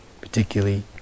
particularly